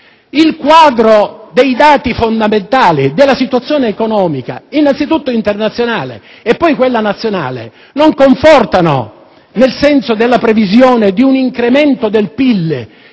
Il quadro dei dati fondamentali e della situazione economica, innanzitutto internazionale e poi nazionale, non confortano nel senso di una previsione di un incremento del PIL